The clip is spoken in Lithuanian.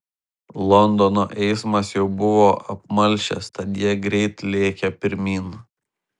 londono eismas jau buvo apmalšęs tad jie greit lėkė pirmyn